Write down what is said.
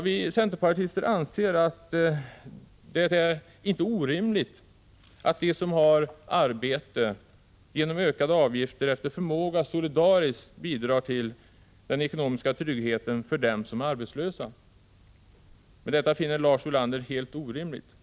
Vi centerpartister anser att det inte är orimligt att de som har arbete genom ökade avgifter efter förmåga solidariskt bidrar till den ekonomiska tryggheten för dem som är arbetslösa. Men detta finner Lars Ulander helt orimligt. Prot.